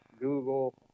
google